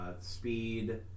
Speed